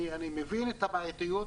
אני מבין את הבעייתיות,